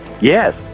Yes